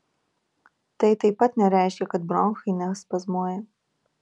tai taip pat nereiškia kad bronchai nespazmuoja